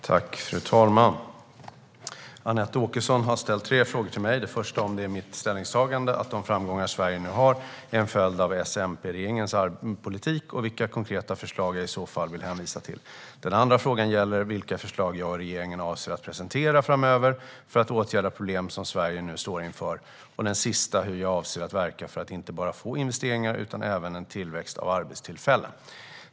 Fru talman! Anette Åkesson har ställt tre frågor till mig. Den första är om det är mitt ställningstagande att de framgångar Sverige nu har är en följd av S-MP-regeringens politik och vilka konkreta förslag jag i så fall vill hänvisa till. Den andra frågan gäller vilka förslag jag och regeringen avser att presentera framöver för att åtgärda problem som Sverige nu står inför, och den sista hur jag avser att verka för att inte bara få investeringar utan även en tillväxt av arbetstillfällen.